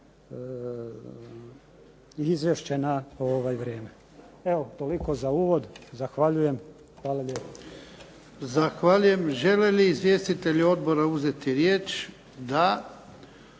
izvješće na vrijeme. Evo toliko za uvod, zahvaljujem. Hvala lijepa. **Jarnjak, Ivan (HDZ)** Zahvaljujem. Žele li izvjestitelji odbora uzeti riječ? Da.